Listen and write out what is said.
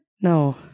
No